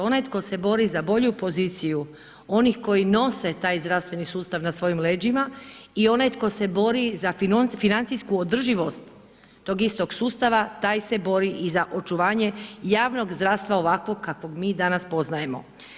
Onaj tko se bori za bolju poziciju oni koji nose taj zdravstveni sustav na svojim leđima i onaj tko se bori za financijsku održivost tog istog sustava taj se bori i za očuvanje javnog zdravstva ovakvog kakvog mi danas poznajemo.